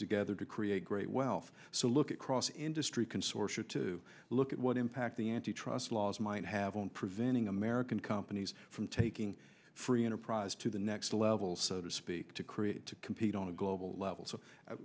together to create great wealth so look at cross industry consortia to look at what impact the antitrust laws might have on preventing american companies from taking free enterprise to the next level so to speak to create to compete on a global level